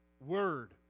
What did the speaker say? word